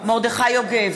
מרדכי יוגב,